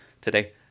today